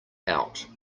out